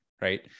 right